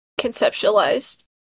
conceptualized